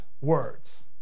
words